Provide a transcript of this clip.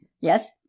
Yes